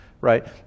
right